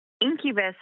Incubus